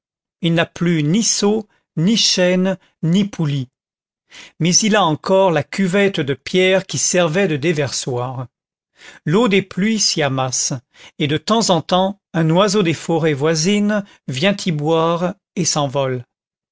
il n'a plus ni seau ni chaîne ni poulie mais il a encore la cuvette de pierre qui servait de déversoir l'eau des pluies s'y amasse et de temps en temps un oiseau des forêts voisines vient y boire et s'envole